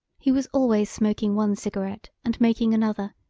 he was always smoking one cigarette and making another